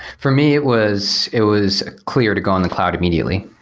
for me, it was it was clear to go on the cloud immediately.